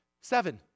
Seven